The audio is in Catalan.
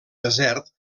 desert